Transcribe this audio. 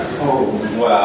wow